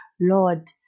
Lord